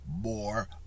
more